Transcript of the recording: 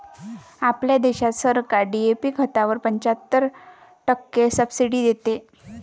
आपल्या देशात सरकार डी.ए.पी खतावर पंच्याहत्तर टक्के सब्सिडी देते